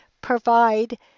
provide